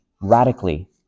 radically